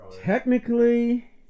technically